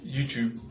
YouTube